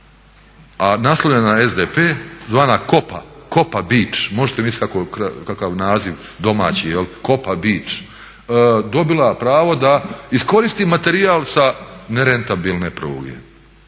a naslonjena na SDP zvana Kopa beach. Možete misliti kakav naziv domaći Kopa beach dobila pravo da iskoristi materijal sa nerentabilne pruge